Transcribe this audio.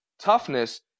Toughness